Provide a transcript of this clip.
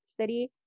city